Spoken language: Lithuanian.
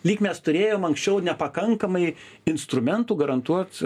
lyg mes turėjom anksčiau nepakankamai instrumentų garantuot